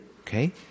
okay